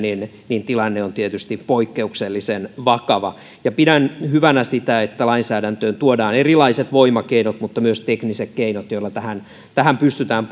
tilanne on tietysti poikkeuksellisen vakava pidän hyvänä sitä että lainsäädäntöön tuodaan erilaiset voimakeinot mutta myös tekniset keinot joilla tähän tähän pystytään